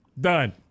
done